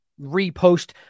repost